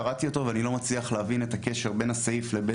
קראתי אותו ואני לא מצליח להבין את הקשר בין הסעיף לבין